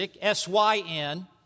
S-Y-N